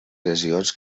lesions